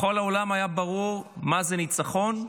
לכל העולם היה ברור מה זה ניצחון,